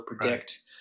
predict